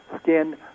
skin